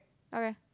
okay